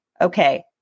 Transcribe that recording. okay